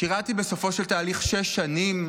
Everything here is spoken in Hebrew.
שירתי בסופו של תהליך שש שנים,